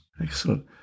Excellent